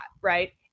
right